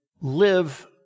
live